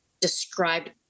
described